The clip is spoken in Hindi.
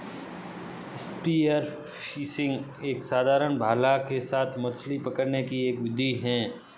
स्पीयर फिशिंग एक साधारण भाला के साथ मछली पकड़ने की एक विधि है